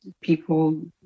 people